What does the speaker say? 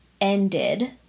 ended